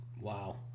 Wow